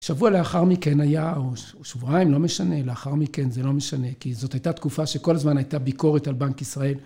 שבוע לאחר מכן היה, או שבועיים, לא משנה, לאחר מכן זה לא משנה, כי זאת הייתה תקופה שכל הזמן הייתה ביקורת על בנק ישראל.